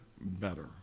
better